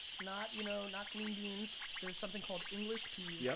not you know not green beans, there's something called english peas. yeah